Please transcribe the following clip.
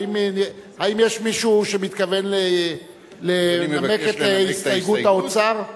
האם יש מישהו שמתכוון לנמק את הסתייגות האוצר?